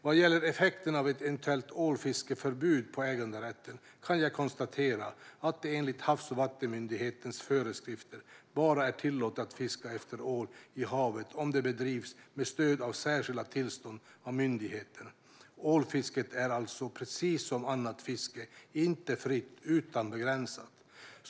Vad gäller effekterna av ett eventuellt ålfiskeförbud på äganderätten kan jag konstatera att det enligt Havs och vattenmyndighetens föreskrifter bara är tillåtet att fiska efter ål i havet om det bedrivs med stöd av särskilt tillstånd av myndigheten. Ålfisket är alltså, precis som annat fiske, inte fritt utan begränsat.